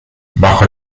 bajo